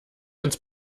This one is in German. ins